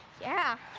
yeah.